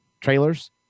trailers